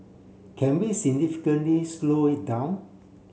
can we significantly slow it down